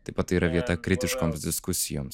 taip pat tai yra vieta kritiškoms diskusijoms